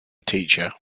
teacher